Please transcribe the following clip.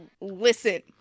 listen